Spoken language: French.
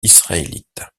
israélites